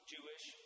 Jewish